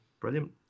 brilliant